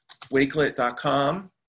wakelet.com